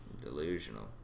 Delusional